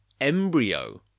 embryo